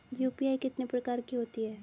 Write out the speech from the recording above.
UPI कितने प्रकार की होती हैं?